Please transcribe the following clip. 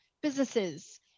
businesses